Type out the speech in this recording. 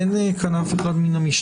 אין כאן אף אחד מהמשטרה?